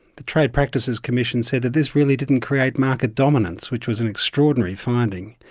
the trade practices commission said that this really didn't create market dominance, which was an extraordinary finding.